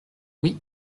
oui